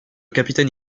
capitaine